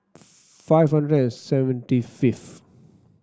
five hundred and seventy fifth